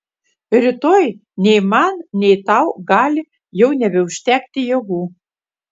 rytoj nei man nei tau gali jau nebeužtekti jėgų